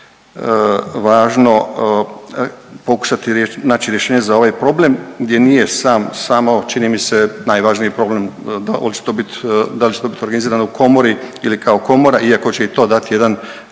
važno pokušati naći rješenje za ovaj problem gdje nije sam, samo, čini mi se, najvažniji problem da hoće to bit, da li će to biti organizirano u komori ili kao komora iako će i to dati jedan